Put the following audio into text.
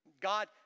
God